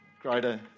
Greater